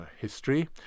history